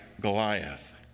Goliath